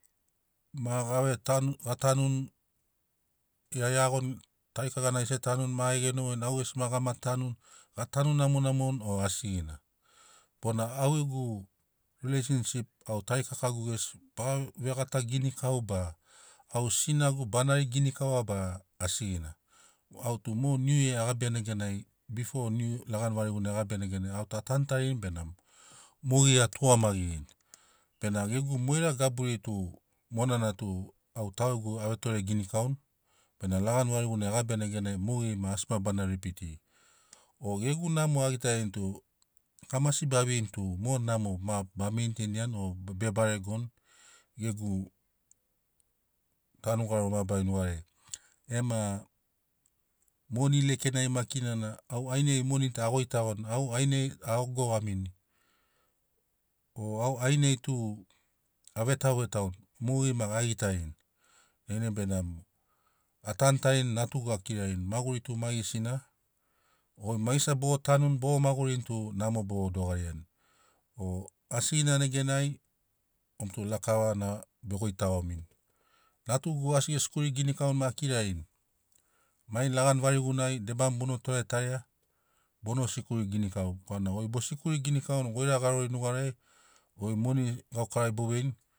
Ma gave tanun ga tanuni gia e iagoni tarikakana gesi e tanuni ma e genogoini au gesi ma ga tanuni ga tanu namonamoni ba asigina bona au gegu rileisinsip au tarikakagu gesi gave gata ginikauni ba au sinagu ba nari ginikaua ba asigina au tum o niu yia e gabiani neganai befo niu lagani variguna e gabiani neganai au to a tanu tarini benamo mogeri a tugamagirini bena gegu moira gaburi tu monana tu au tau gegu a vetore ginikauni benamo lagani variguna e gabiani neganai mogeri asi ma bana ripitiri o gegu namo a gitarini tu kamasi ba veini tum o namo ba meinteinani o be baregoni gegu tanu garori mabarari negariai ema moni lekenai maki nana au ainai moni ta a goitagoni au ainai a ogogamini o au ainai tu a vetau vetauni mogeri maki a gitarini dainai benamo a tanutarini natugu a kirarini maguri tu maigesina gomi maigesina bogo tanuni bogo magurini tu namo bogo dogariani o asigina neganai gomi tu lakava na be goitago mini. Natugu asi ge sikuri ginikau maki a kirarini mai lagani varigunai debamu bono toretaria bona sikuri ginikau korana goi bo sikuri ginikauni goira garoriai go moni gaukarari bo veini